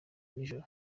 nijoro